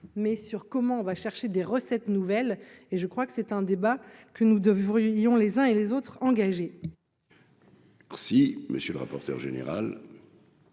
mais sur comment on va chercher des recettes nouvelles, et je crois que c'est un débat que nous devrions les uns et les autres engagé. Si monsieur le rapporteur général.